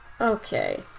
Okay